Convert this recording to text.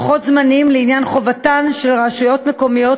לוחות זמנים לעניין חובתן של רשויות מקומיות